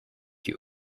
you